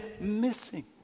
missing